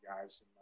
guys